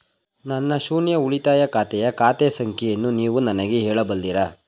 ನನ್ನ ಶೂನ್ಯ ಉಳಿತಾಯ ಖಾತೆಯ ಖಾತೆ ಸಂಖ್ಯೆಯನ್ನು ನೀವು ನನಗೆ ಹೇಳಬಲ್ಲಿರಾ?